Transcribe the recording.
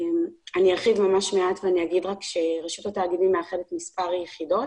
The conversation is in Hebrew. אני אומר שרשות התאגידים מאחדת מספר יחידות